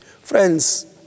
Friends